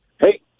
Hey